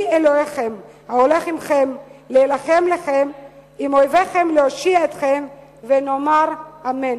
אלוהיכם ההולך עמכם / להילחם לכם עם אויביכם להושיע אתכם ונאמר אמן."